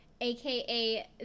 aka